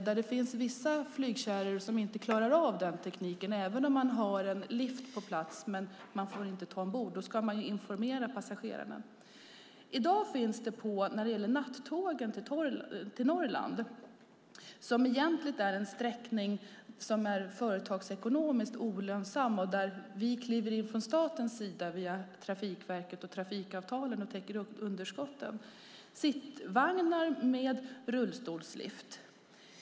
Det finns vissa flygkärror som inte klarar av den tekniken. Även om man har en lift på plats får man inte ta ombord en rullstolsburen person. Då ska man informera passagerarna. På nattågen till Norrland - det är egentligen en sträcka som är företagsekonomiskt olönsam och där vi från statens sida genom Trafikverket och trafikavtalen går in och täcker underskotten - finns det sittvagnar med rullstolslift.